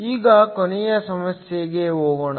ಈಗ ಕೊನೆಯ ಸಮಸ್ಯೆಗೆ ಹೋಗೋಣ